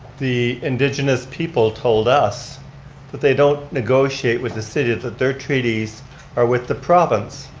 the indigenous people told us that they don't negotiate with the city, that their treaties are with the province,